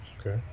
Okay